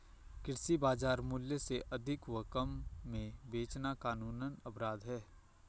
कृषि बाजार मूल्य से अधिक व कम में बेचना कानूनन अपराध है